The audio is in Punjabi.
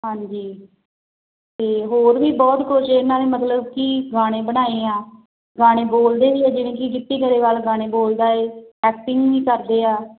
ਹਾਂਜੀ ਅਤੇ ਹੋਰ ਵੀ ਬਹੁਤ ਕੁਝ ਇਹਨਾਂ ਨੇ ਮਤਲਬ ਕਿ ਗਾਣੇ ਬਣਾਏ ਆ ਗਾਣੇ ਬੋਲਦੇ ਵੀ ਆ ਜਿਵੇਂ ਕਿ ਗਿੱਪੀ ਗਰੇਵਾਲ ਗਾਣੇ ਬੋਲਦਾ ਹੈ ਐਕਟਿੰਗ ਵੀ ਕਰਦੇ ਆ